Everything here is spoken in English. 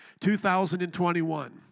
2021